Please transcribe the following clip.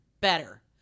better